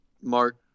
Mark